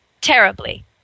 terribly